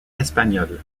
espagnol